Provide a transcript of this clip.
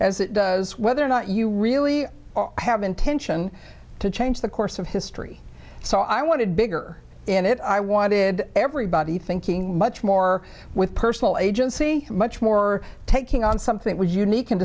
as it does whether or not you really have intention to change the course of history so i wanted bigger in it i wanted everybody thinking much more with personal agency much more taking on something we're unique and